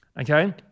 Okay